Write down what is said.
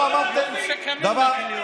לא נפסיק את ההפגנות.